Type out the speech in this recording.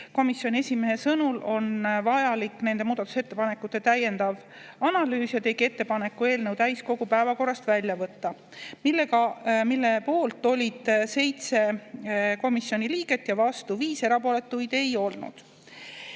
Komisjoni esimehe sõnul oli vajalik nende muudatusettepanekute täiendav analüüs ja ta tegi ettepaneku eelnõu täiskogu päevakorrast välja võtta. Selle poolt oli 7 komisjoni liiget ja vastu 5, erapooletuid ei olnud.